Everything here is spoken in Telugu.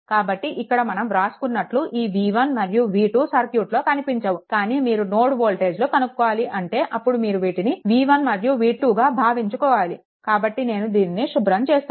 కాబట్టి ఇక్కడ మనం వ్రాసుకున్నటు ఈ V1 మరియు V2 సర్క్యూట్లో కనిపించవు కానీ మీరు నోడ్ వోల్టేజ్లు కనుక్కోవాలి అంటే అప్పుడు మీరు వీటిని V1 మరియు V2 గా భావించుకోవాలి కాబట్టి నేను దీనిని శుభ్రంచేస్తాను